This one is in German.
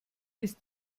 ist